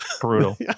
Brutal